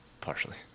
Partially